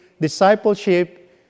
discipleship